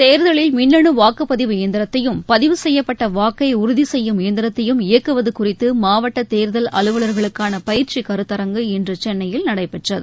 தேர்தலில் மின்னு வாக்குப்பதிவு இயந்திரத்தையும் பதிவு செய்யப்பட்ட வாக்கை உறுதிசெய்யும் இயந்திரத்தையும் இயக்குவது குறித்து மாவட்ட தேர்தல் அலுவலர்களுக்கான பயிற்சி கருத்தரங்கு இன்று சென்னையில் நடைபெற்றது